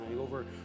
over